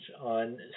on